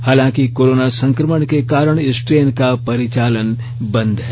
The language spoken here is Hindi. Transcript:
हालांकि कोरोना संक्रमण के कारण इस ट्रेन का परिचालन बंद है